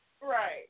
right